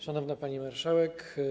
Szanowna Pani Marszałek!